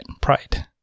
pride